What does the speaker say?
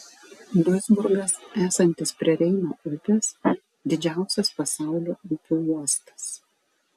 duisburgas esantis prie reino upės didžiausias pasaulio upių uostas